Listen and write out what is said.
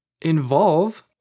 involve